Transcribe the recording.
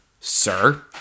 sir